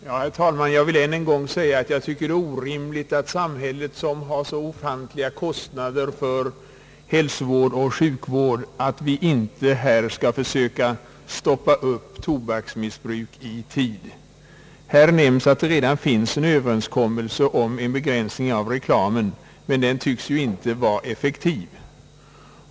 Herr talman! Jag vill än en gång säga att jag tycker att det är orimligt att samhället som har så ofantliga kostnader för sjukvården inte skall försöka stoppa upp tobaksmissbruk i tid. Här har sagts att det redan finns en överenskommelse om begränsning av reklamen, men den tycks ju inte vara effektiv.